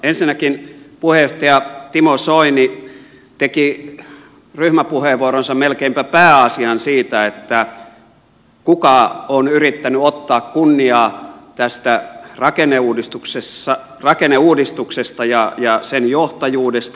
ensinnäkin puheenjohtaja timo soini teki ryhmäpuheenvuoronsa melkeinpä pääasian siitä kuka on yrittänyt ottaa kunniaa tästä rakenneuudistuksesta ja sen johtajuudesta